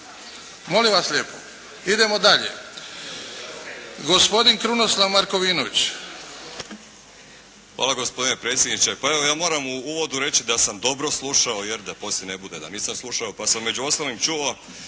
Molim vas lijepo, idemo dalje. Gospodin Krunoslav Markovinović.